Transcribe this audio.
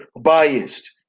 biased